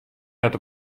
net